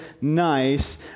nice